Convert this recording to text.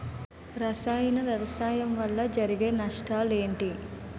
రసాయన వ్యవసాయం వల్ల జరిగే నష్టాలు ఏంటి?